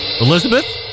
Elizabeth